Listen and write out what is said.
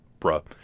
bruh